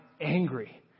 Angry